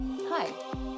Hi